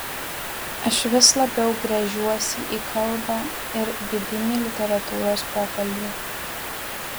aš vis labiau gręžiuosi į kalbą ir vidinį literatūros pokalbį